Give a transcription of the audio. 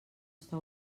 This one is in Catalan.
està